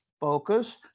Focus